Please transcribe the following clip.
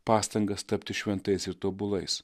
pastangas tapti šventais ir tobulais